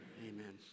Amen